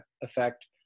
effect